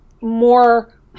more